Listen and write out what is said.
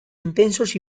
intensos